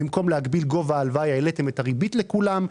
במקום להגביל גובה הלוואה העליתם את הריבית לכולם.